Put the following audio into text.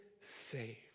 saved